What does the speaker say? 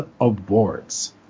awards